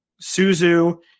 Suzu